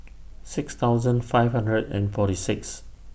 six thousand five hundred and forty six